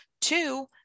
two